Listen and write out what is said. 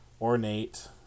ornate